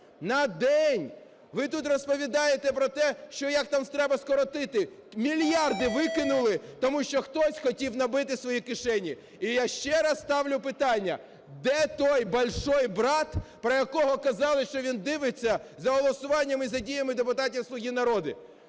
На день! Ви тут розповідаєте про те, що як там треба скоротити. Мільярди викинули, тому що хтось хотів набити свої кишені. І я ще раз ставлю питання: де той "большой брат", про якого казали, що він дивиться за голосуванням і за діями депутатів "Слуги народу"?